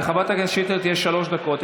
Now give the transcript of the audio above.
לחברת הכנסת שטרית יש שלוש דקות.